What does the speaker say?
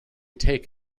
take